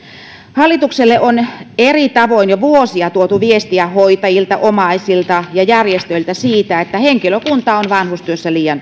hallitukselle on eri tavoin jo vuosia tuotu viestiä hoitajilta omaisilta ja järjestöiltä siitä että henkilökuntaa on vanhustyössä liian